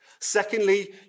Secondly